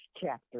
chapter